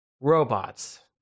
robots